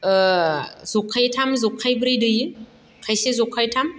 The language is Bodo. ओ जखायथाम जखायब्रै दैयो खायसे जखाइथाम